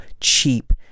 cheap